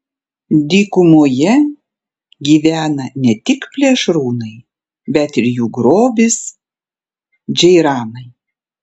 dykumoje gyvena ne tik plėšrūnai bet ir jų grobis džeiranai